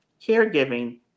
Caregiving